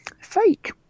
fake